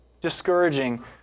discouraging